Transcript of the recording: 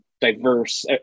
diverse